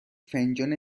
فنجان